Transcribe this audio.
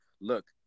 look